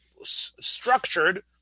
structured